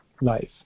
life